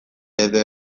edo